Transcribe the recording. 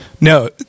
No